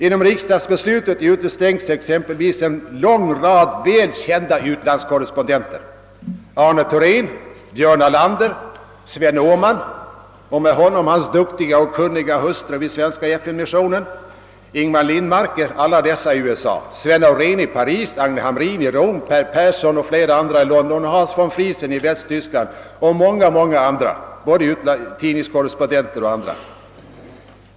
Genom riksdagsbeslutet utestängs en lång rad välkända utlandskorrespondenter: Arne Thorén, Björn Ahlander, Sven Åhman och med honom hans duktiga och kunniga hustru vid svenska FN-missionen, Ingmar Lindmarker, alla i USA, Sven Aurén i Paris, Agne Hamrin i Rom, Per Persson och andra i London, Hans von Friesen i Västtyskland och många, många tidningskorrespondenter och andra.